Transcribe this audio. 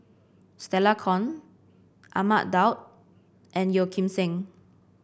Stella Kon Ahmad Daud and Yeo Kim Seng